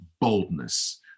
boldness